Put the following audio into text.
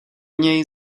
něj